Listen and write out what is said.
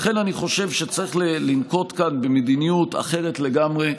לכן אני חושב שצריך לנקוט כאן מדיניות אחרת לגמרי: